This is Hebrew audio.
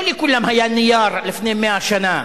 לא לכולם היה נייר מלפני 100 שנה,